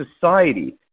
society